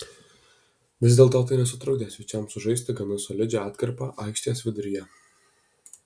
vis dėlto tai nesutrukdė svečiams sužaisti gana solidžią atkarpą aikštės viduryje